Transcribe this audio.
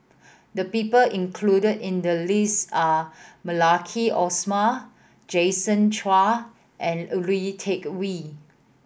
the people included in the list are Maliki Osman Jason Chan and Lui Tuck Yew